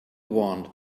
want